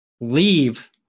leave